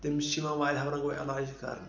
تٔمِس چھِ یِوان واریاہَو رَنگو علاج کَرنہٕ